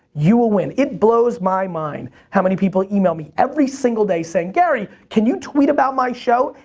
you will win. it blows my mind how many people email me every single day saying, gary, can you tweet about my show?